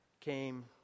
came